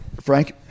Frank